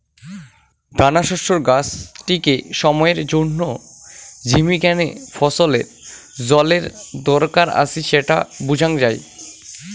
দানাশস্যের গাছটিকে সময়ের জইন্যে ঝিমি গ্যানে ফছলের জলের দরকার আছি স্যাটা বুঝাং যাই